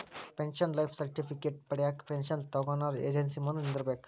pension life certificate ಪಡ್ಯಾಕ pension ತೊಗೊನೊರ agency ಮುಂದ ನಿಂದ್ರಬೇಕ್